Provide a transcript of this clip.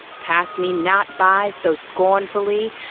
pass me not by so scornfully.